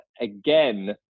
again